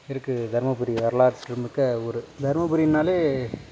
இருக்கு தருமபுரி வரலாற்று மிக்க ஊர் தருமபுரினாலே